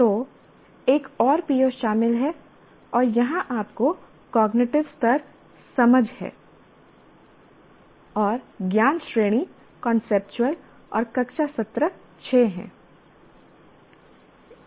तो एक और PO शामिल है और यहां आपको कॉग्निटिव स्तर "समझ" है और ज्ञान श्रेणी कांसेप्चुअल और कक्षा सत्र 6 हैं